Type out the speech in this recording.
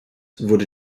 wurde